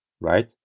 right